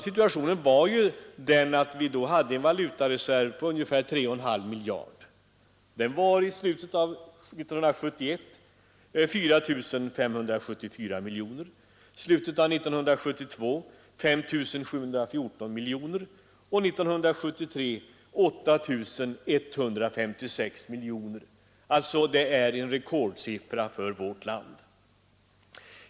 Situationen var den att vi då hade en valutareserv på ungefär 3 500 miljoner kronor. I slutet av 1971 var den 4574 miljoner kronor, i slutet av 1972 uppgick den till 5 714 miljoner kronor och 1973 till 8 156 miljoner kronor, en rekordsiffra för vårt land.